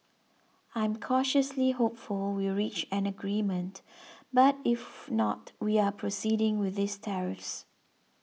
I'm cautiously hopeful we reach an agreement but if not we are proceeding with these tariffs